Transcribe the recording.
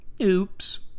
Oops